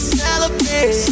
celebrate